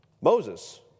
Moses